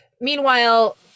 Meanwhile